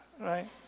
Right